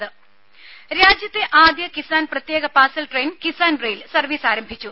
രുമ രാജ്യത്തെ ആദ്യ കിസാൻ പ്രത്യേക parcel train Kisan rail service ആരംഭിച്ചു